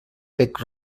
bec